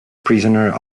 prisoner